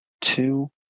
two